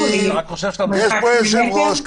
קארין, רגע, יש פה יושב-ראש.